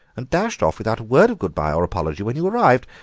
and dashed off without a word of good-bye or apology when you arrived.